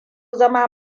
zama